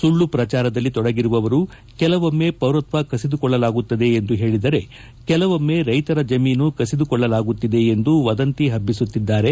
ಸುಳ್ಳು ಪ್ರಜಾರದಲ್ಲಿ ತೊಡಗಿರುವವರು ಕೆಲವೊಮ್ಮ ಪೌರಕ್ವ ಕಸಿದುಕೊಳ್ಳಲಾಗುತ್ತದೆ ಎಂದು ಹೇಳಿದರೆ ಕೆಲವೊಮ್ಮೆ ರೈತರ ಜಮೀನು ಕಸಿದುಕೊಳ್ಳಲಾಗುತ್ತಿದೆ ಎಂದು ವದಂತಿ ಹಜ್ಜಿಸುತ್ತಿದ್ದಾರೆ